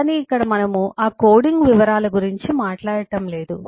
కానీ ఇక్కడ మనము ఆ కోడింగ్ వివరాల గురించి మాట్లాడటం లేదు